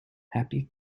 happy